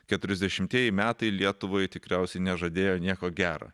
keturiasdešimtieji metai lietuvai tikriausiai nežadėjo nieko gero